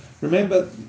remember